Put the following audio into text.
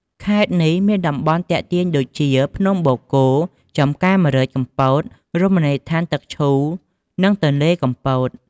ខេត្តកំពតមានតំបន់ទាក់ទាញដូចជា ភ្នំបូកគោ ចំការម្រេចកំពត រមណីយដ្ឋានទឹកឈូ និងទន្លេកំពត។